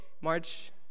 March